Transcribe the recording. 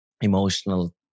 emotional